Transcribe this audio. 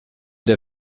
der